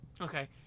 Okay